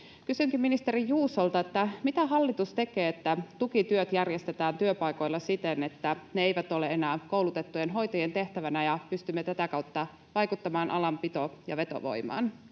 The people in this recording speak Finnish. Kysynkin ministeri Juusolta: mitä hallitus tekee, että tukityöt järjestetään työpaikoilla siten, että ne eivät ole enää koulutettujen hoitajien tehtävänä, ja pystymme tätä kautta vaikuttamaan alan pito- ja vetovoimaan?